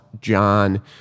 John